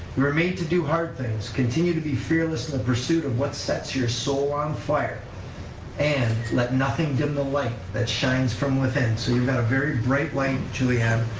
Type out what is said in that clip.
remain to do hard things, continue to be fearless in the pursuit of what sets your soul on fire and let nothing get dim the light that shines from within. so you've got a very bright light, julianne,